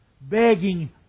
Begging